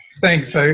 Thanks